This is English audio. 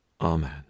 Amen